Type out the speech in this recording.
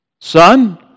Son